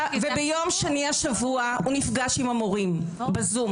ביום שני השבוע הוא נפגש עם המורים בזום